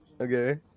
Okay